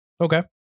okay